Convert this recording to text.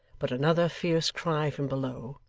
but another fierce cry from below,